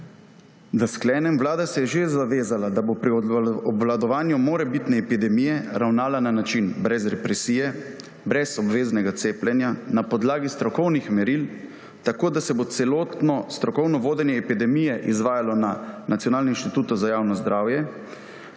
Da sklenem. Vlada se je že zavezala, da bo pri obvladovanju morebitne epidemije ravnala na način brez represije, brez obveznega cepljenja, na podlagi strokovnih meril, tako da se bo celotno strokovno vodenje epidemije izvajalo na